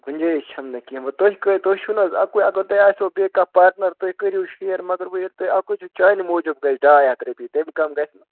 گُنٛجٲیِش چھنہٕ کیٚنٛہہ بہٕ تُہۍ کٔرۍ تُہۍ چھُو نہٕ حظ اَکُے اگر تۄہہِ آسیو بیٚیہِ کانٛہہ پاٹنَر تُہۍ کٔرِو شِیر مگر وۅں ییٚلہِ تُہۍ اَکُے چھُ چانہِ موٗجوٗب گژھِ ڈاے ہَتھ رۄپیہِ تَمہِ کَم گژھِ نہٕ